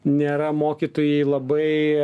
nėra mokytojai labai